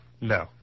No